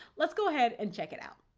let's go ahead and check it out.